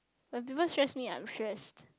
when people stress me I'm stressed